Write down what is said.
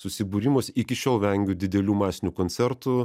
susibūrimuose iki šiol vengiu didelių masinių koncertų